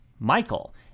Michael